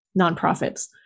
nonprofits